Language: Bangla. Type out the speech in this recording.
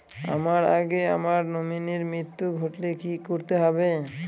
আমার আগে আমার নমিনীর মৃত্যু ঘটলে কি করতে হবে?